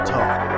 Talk